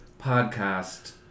podcast